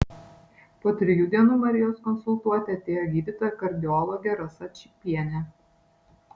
po trijų dienų marijos konsultuoti atėjo gydytoja kardiologė rasa čypienė